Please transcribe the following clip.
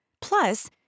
Plus